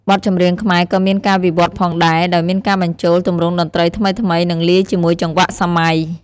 បទចម្រៀងខ្មែរក៏មានការវិវត្តន៍ផងដែរ ដោយមានការបញ្ចូលទម្រង់តន្ត្រីថ្មីៗ និងលាយជាមួយចង្វាក់សម័យ។